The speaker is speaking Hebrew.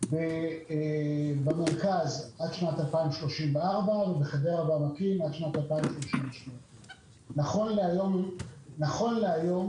עד שנת 2034 ובחדרה ובעמקים עד שנת 2038. נכון להיום